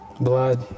blood